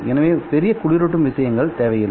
எனவே பெரிய குளிரூட்டும் விஷயங்கள் தேவையில்லை